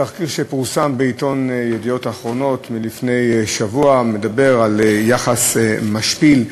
תחקיר שפורסם בעיתון "ידיעות אחרונות" לפני שבוע מדבר על יחס משפיל,